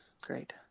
great